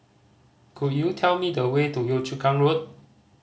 could you tell me the way to Yio Chu Kang Road